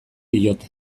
diote